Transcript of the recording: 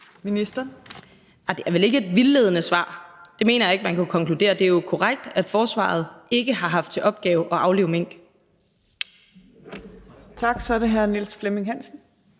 Det er vel ikke et vildledende svar. Det mener jeg ikke man kan konkludere. Det er jo korrekt, at forsvaret ikke har haft til opgave at aflive mink.